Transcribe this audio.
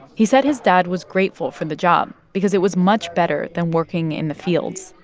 he said his dad was grateful for the job because it was much better than working in the fields,